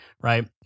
right